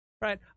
right